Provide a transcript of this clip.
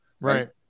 Right